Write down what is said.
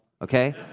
Okay